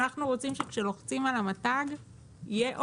אנחנו רוצים שכשלוחצים על המתג יהיה אור,